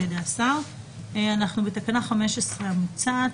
אנחנו בתקנה 15 המוצעת,